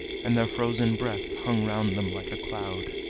and their frozen breath hung round them like a cloud.